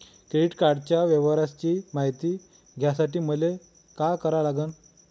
Credit कार्डाच्या व्यवहाराची मायती घ्यासाठी मले का करा लागन?